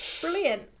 Brilliant